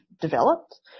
developed